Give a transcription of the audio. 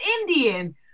Indian